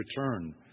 return